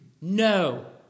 No